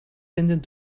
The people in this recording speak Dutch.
vinden